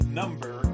number